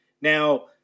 Now